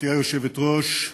גברתי היושבת-ראש,